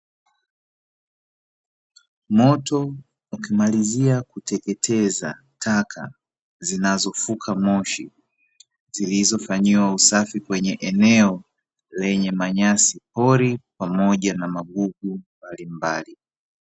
Moto ukimalizia kuteketeza taka zinazofuka moshi, zilizofanyiwa usafi kwenye eneo lenye manyasi pori, pamoja na magugu mbalimbali.